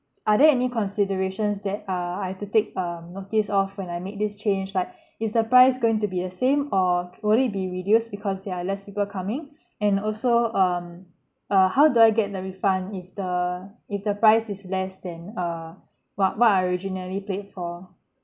are there any considerations that uh I have to take um notice of when I make this change like is the price going to be the same or will it be reduced because there are less people coming and also um uh how do I get the refund if the if the price is less than err what what I originally paid for